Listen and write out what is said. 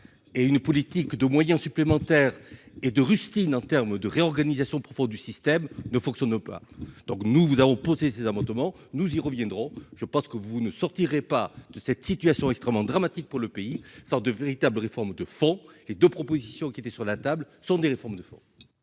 et une politique de moyens supplémentaires et de rustines en termes de réorganisation profonde du système ne fonctionne pas, donc nous avons posé ces amendements, nous y reviendrons, je pense que vous ne sortirez pas de cette situation extrêmement dramatique pour le pays sans de véritables réformes de fond, les de propositions qui étaient sur la table sont des réformes de fond.